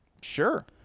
Sure